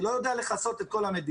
אני לא יודע לכסות את כל המדינה.